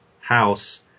house